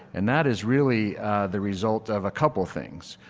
and that is really the result of a couple of things.